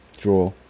Draw